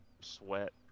sweat